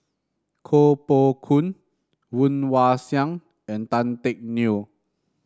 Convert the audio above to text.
Koh Poh Koon Woon Wah Siang and Tan Teck Neo